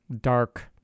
dark